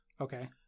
Okay